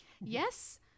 Yes